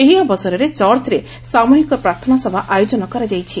ଏହି ଅବସରରେ ଚର୍ଚ୍ଚରେ ସାମୂହିକ ପ୍ରାର୍ଥନା ସଭା ଆୟୋଜନ କରାଯାଇଛି